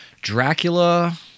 Dracula